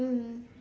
mm